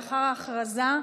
ההכרזה,